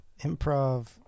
Improv